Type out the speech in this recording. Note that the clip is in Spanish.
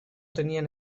tenían